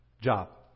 job